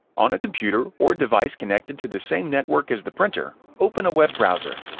on a computer or device connected to the same network as the printer, open a web browser,